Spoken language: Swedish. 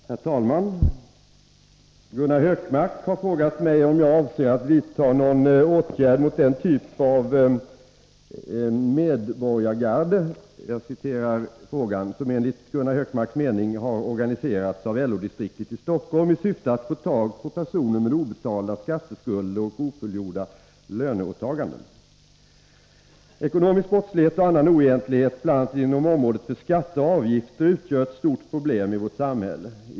Herr talman! Gunnar Hökmark har frågat mig om jag avser att vidta någon åtgärd mot den typ av ”medborgargarde” som enligt Gunnar Hökmarks mening har organiserats av LO-distriktet i Stockholm i syfte att få tag på personer med obetalda skatteskulder och ofullgjorda löneåtaganden. Ekonomisk brottslighet och annan oegentlighet, bl.a. inom området för skatter och avgifter, utgör ett stort problem i vårt samhälle.